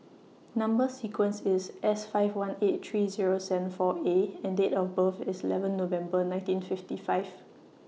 Number sequence IS S five eighteen three Zero seven four A and Date of birth IS eleven November nineteen fifty five